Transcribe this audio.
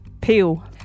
peel